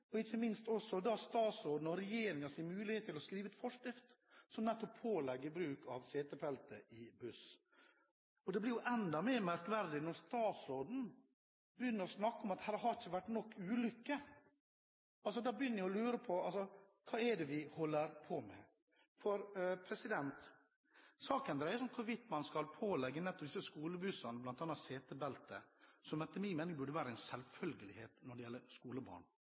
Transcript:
og ikke minst også statsråden og regjeringen – mulighet til å skrive en forskrift som nettopp pålegger bruk av setebelte i buss. Det blir jo enda mer merkverdig når statsråden begynner å snakke om at her har det ikke vært nok ulykker. Da begynner jeg å lure på hva vi holder på med. Saken dreier seg om hvorvidt man skal pålegge nettopp disse skolebussene bl.a. setebelte, som etter min mening burde være en selvfølgelighet når det gjelder skolebarn.